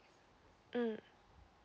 mm